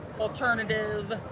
alternative